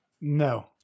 No